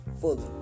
fully